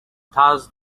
thus